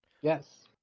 Yes